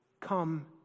Come